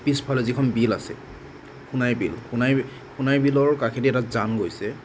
পিছফালে যিখন বিল আছে সোনাই বিল সোনাই সোনাই বিলৰ কাষেদি এটা জান বৈছে